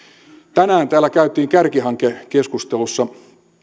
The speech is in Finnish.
tänään täällä kärkihankekeskustelussa